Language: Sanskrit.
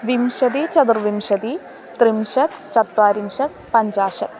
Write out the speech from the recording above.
विंशतिः चतुर्विंशतिः त्रिंशत् चत्वारिंशत् पञ्चाशत्